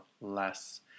less